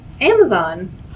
Amazon